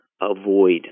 avoid